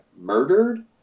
murdered